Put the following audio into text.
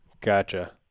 Gotcha